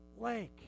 lake